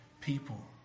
people